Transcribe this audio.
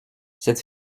cette